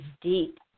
deep